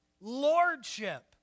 Lordship